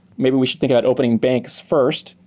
maybe we should think about opening banks first,